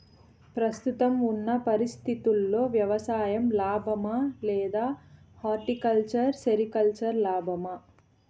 ప్రస్తుతం ఉన్న పరిస్థితుల్లో వ్యవసాయం లాభమా? లేదా హార్టికల్చర్, సెరికల్చర్ లాభమా?